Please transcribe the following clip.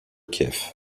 kiev